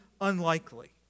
unlikely